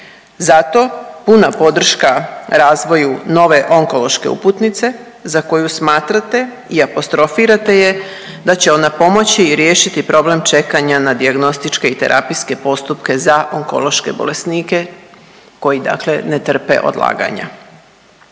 zato puna podrška razvoju nove onkološke uputnice za koju smatrate i apostrofirate je da će ona pomoći i riješiti problem čekanja na dijagnostičke i terapijske postupke za onkološke bolesnike koji dakle, ne trpe odlaganja.